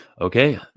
Okay